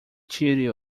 tire